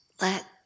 let